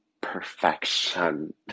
perfection